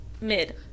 mid